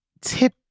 tip